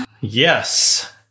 Yes